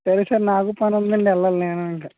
సరే సరే నాకు పనుందండి వెళ్ళాలి నేను ఇంకా